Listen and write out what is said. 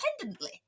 independently